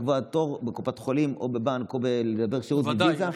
לקבוע תור בקופת חולים או בבנק או לקבל שירות בוויזה.